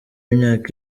imyaka